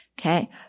Okay